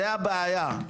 זאת הבעיה,